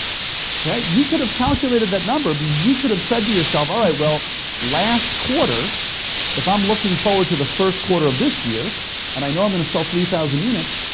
okay, you could have calculated that number because you could have said to yourself, all right well last quarter if i'm looking forward to the first quarter of this year and i know i'm going to sell three thousand units,